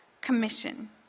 Commission